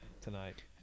tonight